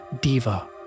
diva